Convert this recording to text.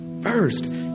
First